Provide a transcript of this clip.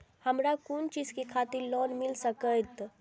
हमरो कोन चीज के खातिर लोन मिल संकेत?